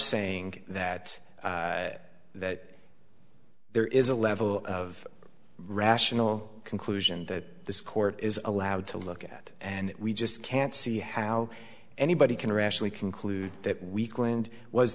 saying that that there is a level of rational conclusion that this court is allowed to look at and we just can't see how anybody can rationally conclude that w